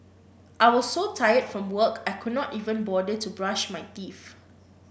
I was so tired from work I could not even bother to brush my teeth